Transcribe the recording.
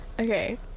okay